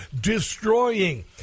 destroying